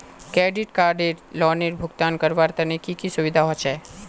Credit card लोनेर भुगतान करवार तने की की सुविधा होचे??